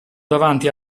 davanti